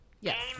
Yes